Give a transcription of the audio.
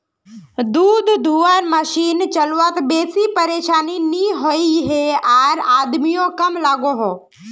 दूध धुआर मसिन चलवात बेसी परेशानी नि होइयेह आर आदमियों कम लागोहो